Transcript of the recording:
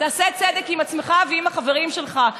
תעשה צדק עם עצמך ועם החברים שלך.